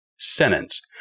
sentence